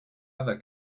other